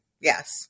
Yes